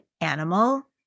animal